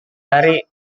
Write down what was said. dari